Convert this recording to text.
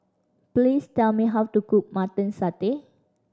please tell me how to cook Mutton Satay